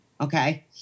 okay